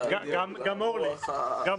ואחרי זה אולי כמה מילים על משנתי.